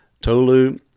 Tolu